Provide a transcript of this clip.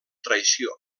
traïció